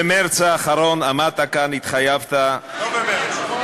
במרס האחרון עמדת כאן, התחייבת, לא במרס.